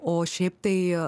o šiaip tai